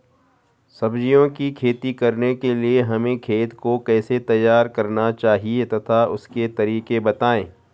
सब्जियों की खेती करने के लिए हमें खेत को कैसे तैयार करना चाहिए तथा उसके तरीके बताएं?